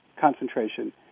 concentration